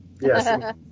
Yes